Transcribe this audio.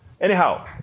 Anyhow